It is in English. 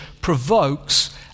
provokes